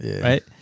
right